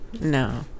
No